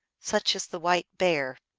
such as the white bear.